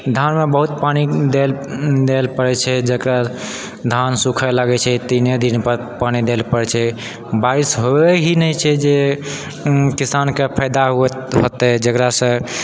धानमे बहुत पानी दय लेल पड़ैत छै जकरा धान सुखाए लागैत छै तीने दिनपर पानी दय लेल पड़ैत छै बारिश होइत ही नहि छै जे किसानकेँ फायदा होतै जकरासँ